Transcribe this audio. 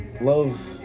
love